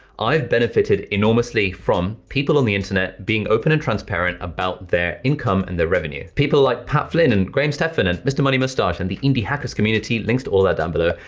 i've benefited enormously from people on the internet being open and transparent about their income and their revenue. people like pat flynn and graham stephen and and mr. money moustache and the indie hackers community, links to all that down below,